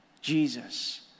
Jesus